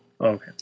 Okay